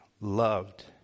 loved